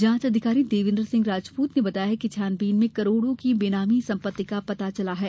जांच अधिकारी देवेंद्र सिंह राजपूत ने बताया कि छानबीन में करोड़ों की बेनामी सम्पत्ति का पता चला है